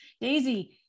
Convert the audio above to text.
Daisy